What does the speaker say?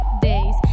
days